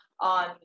on